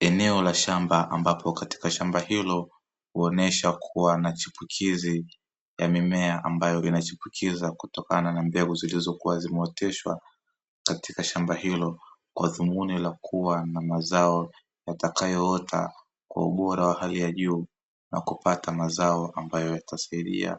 Eneo la shamba ambapo katika shamba hilo huonesha kuwa na chipukizi ya mimea ambayo inachipukiza kutokana na mbegu zilizokuwa zimeoteshwa katika shamba hilo, kwa dhumuni la kuwa na mazao watakayoota kwa ubora wa hali ya juu na kupata mazao ambayo yatasaidia